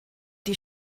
die